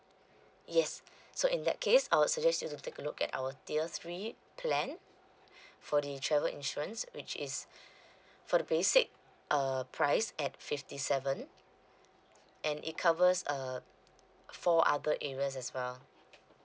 yes so in that case I would suggest you to take a look at our tier three plan for the travel insurance which is for the basic uh price at fifty seven and it covers uh four other areas as well